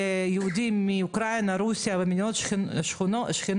הפתרונות שיש לי,